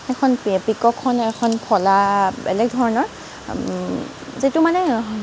সেইখন পিককখন এখন ফলা বেলেগ ধৰণৰ যিটো মানে